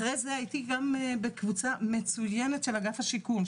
אחרי זה הייתי גם בקבוצה מצוינת של אגף השיקום,